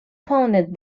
founded